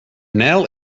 nijl